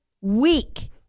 week